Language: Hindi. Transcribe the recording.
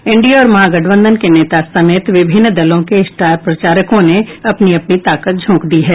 एनडीए और महागठबंधन के नेता समेत विभिन्न दलों के स्टार प्रचारकों ने अपनी अपनी ताकत झोंक दी है